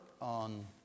on